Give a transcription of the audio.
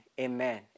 amen